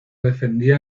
defendía